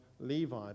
Levi